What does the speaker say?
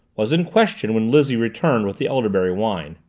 was in question when lizzie returned with the elderberry wine.